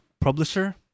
publisher